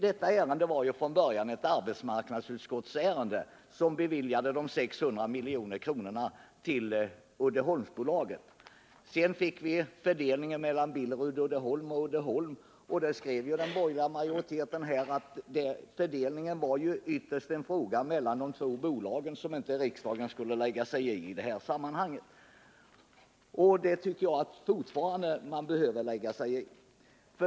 Det här var från början ett ärende för arbetsmarknadsutskottet, som föreslog dessa 600 milj.kr. till Uddeholmsbolaget. När det gällde fördelningen mellan Billerud Uddeholm AB och Uddeholm AB skrev den borgerliga majoriteten att detta ytterst var en fråga för de två bolagen och att riksdagen inte skulle lägga sig i den. Jag anser fortfarande att man behöver lägga sig i.